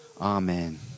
Amen